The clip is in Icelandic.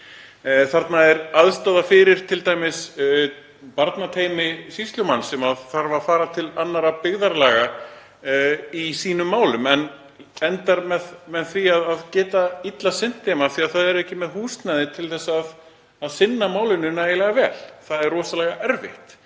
Þarna væri aðstaða fyrir t.d. barnateymi sýslumanns sem þarf að fara til annarra byggðarlaga til að sinna málum en endar með því að geta illa sinnt þeim af því að það er ekki með húsnæði til að sinna málinu nægilega vel. Það er rosalega erfitt.